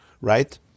right